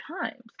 times